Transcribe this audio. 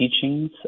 teachings